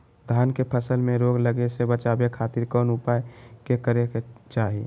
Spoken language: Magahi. धान के फसल में रोग लगे से बचावे खातिर कौन उपाय करे के चाही?